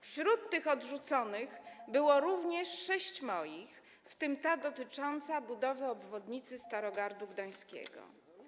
Wśród tych dorzuconych było również sześć moich, w tym ta dotycząca budowy obwodnicy Starogardu Gdańskiego.